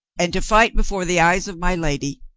and to fight before the eyes of my lady.